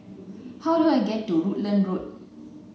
how do I get to Rutland Road